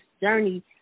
journey